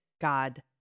God